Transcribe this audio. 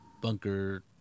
bunker